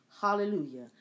Hallelujah